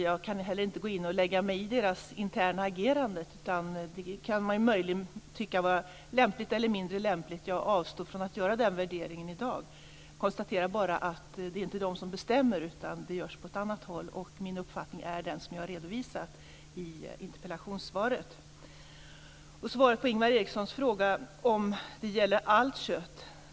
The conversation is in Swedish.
Jag kan inte gå in och lägga mig i deras interna agerande. Det kan man möjligen tycka vara mer eller mindre lämpligt. Jag avstår från att göra den värderingen i dag. Jag konstaterar bara att det inte är de som bestämmer, utan det görs på annat håll. Min uppfattning är den som jag redovisat i interpellationssvaret. Ingvar Eriksson frågade om ursprungsmärkningen gäller allt kött.